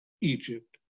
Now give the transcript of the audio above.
Egypt